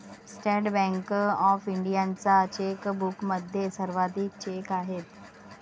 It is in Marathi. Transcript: स्टेट बँक ऑफ इंडियाच्या चेकबुकमध्ये सर्वाधिक चेक आहेत